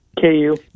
KU